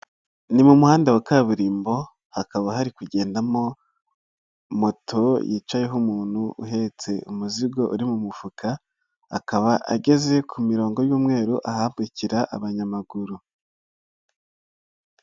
Ni mu muhanda wa kaburimbo hakaba hari kugendamo moto yicayeho umuntu uhetse umuzigo uri mu mufuka, akaba ageze ku mirongo y'umweru ahambukira abanyamaguru.